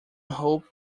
hope